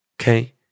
Okay